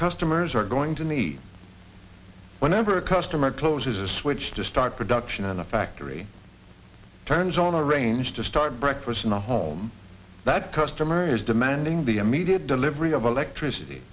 customers are going to meet whenever a customer closes a switch to start production on a factory turns on a range to start breakfast in the home that customer is demanding the immediate delivery of electricity